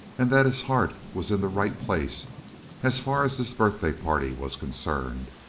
and that his heart was in the right place as far as this birthday party was concerned,